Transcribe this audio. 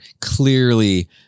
clearly